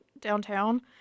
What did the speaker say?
downtown